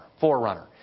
forerunner